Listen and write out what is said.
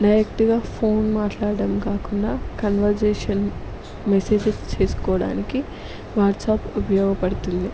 డైరెక్ట్గా ఫోన్ మాట్లాడడం కాకుండా కన్వర్జేషన్ మెసేజెస్ చేసుకోవడానికి వాట్సప్ ఉపయోగపడుతుంది